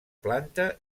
planta